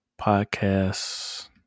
podcasts